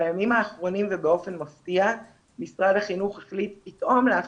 בימים האחרונים ובאופן מפתיע משרד הבריאות החליט פתאום להפסיק,